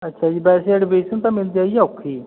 ਅੱਛਾ ਜੀ ਵੈਸੇ ਐਡਮਿਸ਼ਨ ਤਾਂ ਮਿਲਦੀ ਹੈ ਜੀ ਔਖੀ